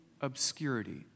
obscurity